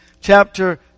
chapter